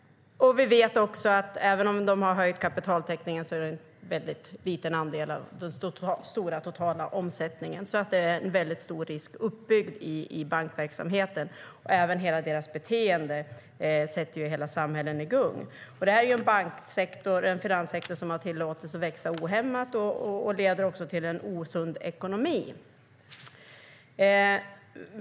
Vi vet också att även om de har höjt kapitaltäckningen är det en väldigt liten andel av den stora, totala omsättningen. Det är alltså en väldigt stor risk uppbyggd i bankverksamheten, och även hela deras beteende sätter hela samhällen i gungning. Detta är en banksektor och en finanssektor som har tillåtits att växa ohämmat, och det leder till en osund ekonomi.